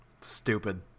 Stupid